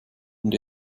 und